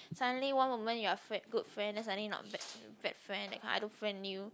suddenly one moment you are freind good friend then suddenly not friend bad friend that kind I don't friend you